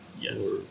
Yes